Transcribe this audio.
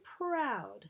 proud